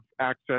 access